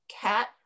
cat